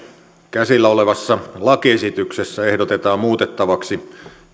käsillä olevassa lakiesityksessä ehdotetaan muutettavaksi